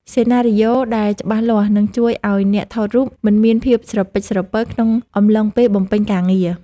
សេណារីយ៉ូដែលច្បាស់លាស់នឹងជួយឱ្យអ្នកថតរូបមិនមានភាពស្រពេចស្រពិលក្នុងអំឡុងពេលបំពេញការងារ។